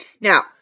Now